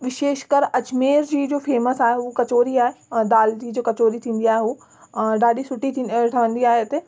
विशेषकर अजमेर जी जो फेमस आहे उहो कचौड़ी आहे ऐं दालि जी जो कचौड़ी थींदी आहे ॾाढी सुठी थी ठहंदी आहे हिते